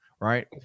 right